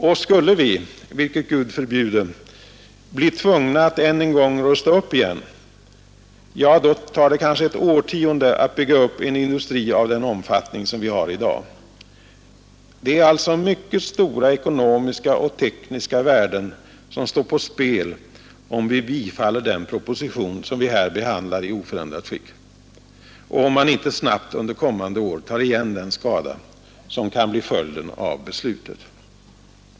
Och skulle vi — vilket Gud förbjude — bli tvungna att än en Måndagen den gång rusta upp, tar det kanske ett årtionde att bygga upp en industri av 29 maj 1972 den omfattning som vi har i dag. Det är alltså mycket stora ekonomiska och tekniska värden som står på spel, om vi i oförändrat skick bifaller den proposition som vi här behandlar och om man inte under kommande år snabbt tar igen den skada som kan bli följden av beslutet.